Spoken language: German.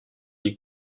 die